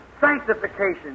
sanctification